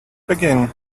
begin